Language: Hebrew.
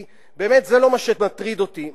כי באמת זה לא מה שמטריד אותי.